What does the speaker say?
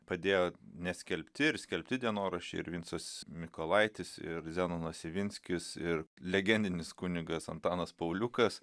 padėjo neskelbti ir skelbti dienoraščiai ir vincas mykolaitis ir zenonas ivinskis ir legendinis kunigas antanas pauliukas